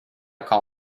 call